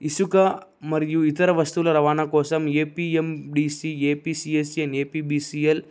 ఇసుక మరియు ఇతర వస్తువుల రవాణా కోసం ఏపిఎమ్డీసీ ఏపీసిఎస్సీ ఏపిబీసీఎల్